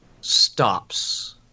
stops